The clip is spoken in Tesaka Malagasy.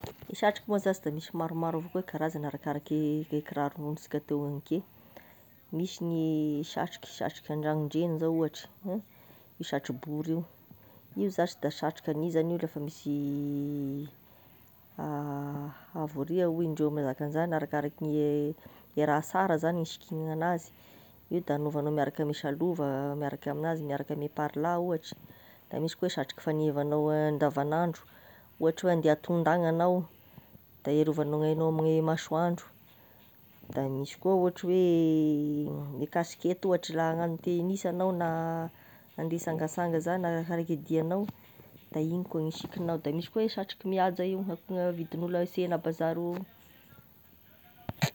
E satroka moa zashy da misy maromaro avao koa e karazagny arakaraky e kiraro rohonisika teo ignke, misy gny e satroky, satroky an-dragno ndre gny zao ohatry hein io satrobory io, io zash da satroky hany zany io la fa misy havoria hoy indreo mizaka an'izà, arakaraky gne e raha sara zagny gn'isikinany anazy, io da anaovanao miaraka ame salova miaraka amin'azy, miaraka ame parlà ohatry, da misy koa satroky fagnevanao andavan'andro ohatry hoe andeha atonda agny anao, da erovanao gn'ainao amigne masoandro, da misy koa ohatry hoe e kasikety ohatry laha hagnano tenisy anao na ande hisangasanga izà na arake dianao da igny koa gn'isikinao da misy koa e satroky mihaza io akogna avidin'olo an-sena a bazary io.